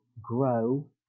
grow